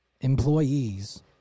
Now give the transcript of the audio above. employees